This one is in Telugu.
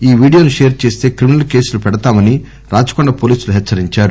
ఈ వీడియోను షేర్ చేస్తే క్రిమినల్ కేసులు పెడతామని రాచకొండ పోలీసులు హెచ్చరించారు